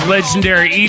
Legendary